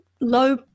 low